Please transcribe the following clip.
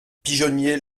pigeonnier